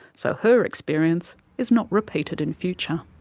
so her experience is not repeated in future.